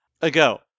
ago